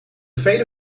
vele